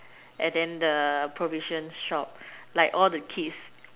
and then the provision shop like all the kids